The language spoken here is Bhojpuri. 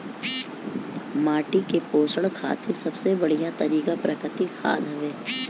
माटी के पोषण खातिर सबसे बढ़िया तरिका प्राकृतिक खाद हवे